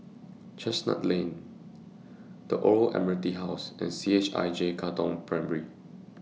Chestnut Lane The Old Admiralty House and CHIJ Katong Primary